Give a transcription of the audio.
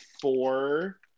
four